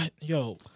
Yo